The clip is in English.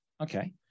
Okay